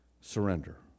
surrender